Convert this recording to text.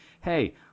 hey